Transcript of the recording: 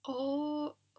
oh